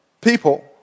people